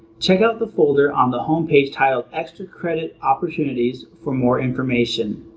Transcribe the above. check out the folder on the home page titled extra credit opportunities for more information.